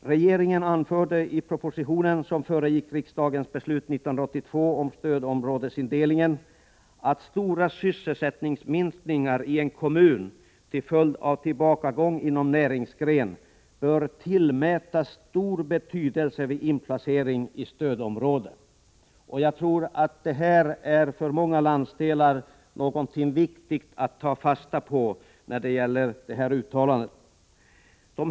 Regeringen anförde i propositionen, som föregick riksdagens beslut 1982 om stödområdesindelningen, att stora sysselsättningsminskningar i en kommun till följd av tillbakagång inom en näringsgren bör tillmätas stor betydelse vid inplacering i stödområde. Jag tror att detta uttalande är mycket viktigt att ta fasta på för många landsdelar.